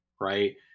right